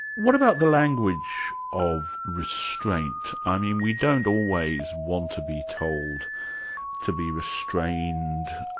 what about the language of restraint, i mean we don't always want to be told to be restrained,